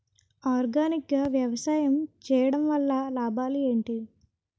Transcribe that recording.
Organic గా వ్యవసాయం చేయడం వల్ల లాభాలు ఏంటి?